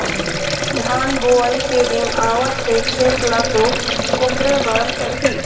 धान बोवई के दिन आवत हे खेत ल तो कोपरे बर परही